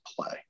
play